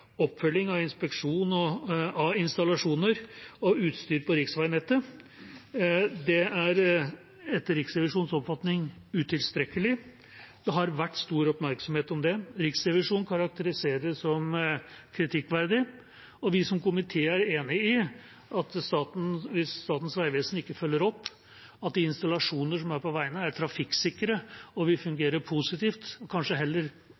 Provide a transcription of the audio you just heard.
oppfølging og inspeksjon av installasjoner og utstyr på riksveinettet. Det er etter Riksrevisjonens oppfatning utilstrekkelig, og det har vært stor oppmerksomhet om det. Riksrevisjonen karakteriserer det som kritikkverdig, og vi som komité er enig i at hvis Statens vegvesen ikke følger opp at de installasjoner som er på veiene, er trafikksikre og vil fungere positivt – og kanskje heller